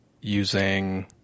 using